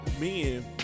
men